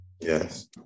Yes